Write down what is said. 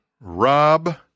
Rob